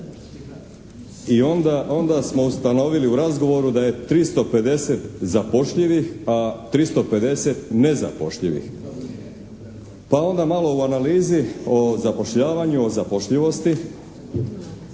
i onda smo ustanovili u razgovoru da je 350 zapošljivih, a 350 nezapošljivih pa onda malo u analizi o zapošljavnju, o zapošljivosti